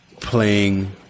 playing